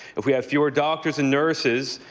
if we have fewer doctors and nurses,